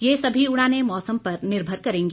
ये सभी उड़ानें मौसम पर निर्भर करेंगी